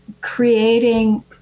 creating